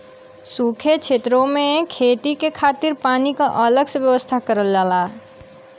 सूखे छेतरो में खेती के खातिर पानी क अलग से व्यवस्था करल जाला